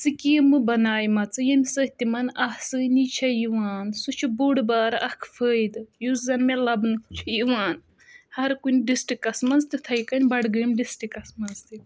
سِکیٖمہٕ بَناومَژٕ ییٚمہِ سۭتۍ تِمَن آسٲنی چھےٚ یِوان سُہ چھُ بوٚڈ بارٕ اَکھ فٲیدٕ یُس زَن مےٚ لَبنہٕ چھُ یِوان ہَر کُنہِ ڈِسٹرکَس منٛز تِتھٕے کٔنۍ بَڈگٲمۍ ڈِسٹرکَس منٛز تہِ